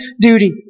duty